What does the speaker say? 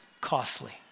costly